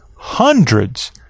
hundreds